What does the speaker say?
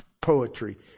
poetry